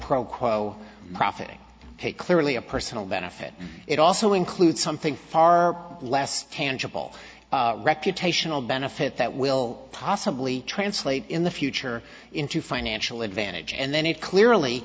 quo profit pay clearly a personal benefit it also includes something far less tangible reputational benefit that will possibly translate in the future into financial advantage and then it clearly